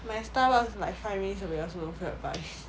my Starbucks like five minutes away I also don't feel like buying